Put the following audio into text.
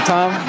Tom